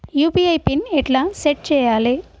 UPI PIN ఎట్లా set చేయాలే?